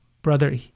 Brother